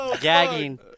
gagging